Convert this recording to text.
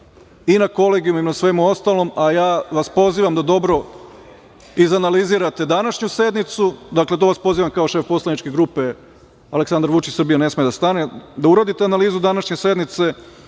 i na Kolegijumu i na svemu ostalom, a ja vas pozivam da dobro izanalizirate današnju sednicu, dakle, to vas pozivam kao šef poslaničke grupe Aleksandar Vučić – Srbija ne sme da stane, da uradite analizu današnje sednice